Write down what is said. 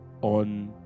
on